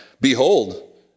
behold